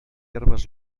herbes